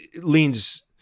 leans